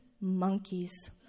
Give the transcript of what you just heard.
monkeys